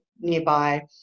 nearby